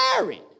married